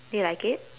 do you like it